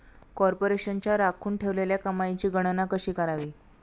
कॉर्पोरेशनच्या राखून ठेवलेल्या कमाईची गणना कशी करावी